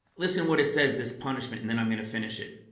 listen what it says this punishment and then i'm gonna finish it